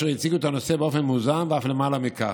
אשר הציגו את הנושא באופן מאוזן ואף למעלה מזה,